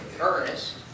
earnest